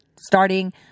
starting